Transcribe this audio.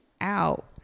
out